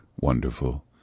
wonderful